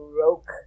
broke